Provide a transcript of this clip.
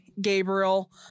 Gabriel